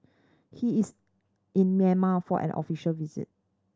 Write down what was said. he is in Myanmar for an official visit